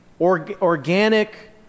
organic